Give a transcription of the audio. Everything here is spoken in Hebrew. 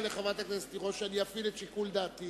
אני מודיע לחברת הכנסת תירוש שאני אפעיל את שיקול דעתי